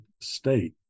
state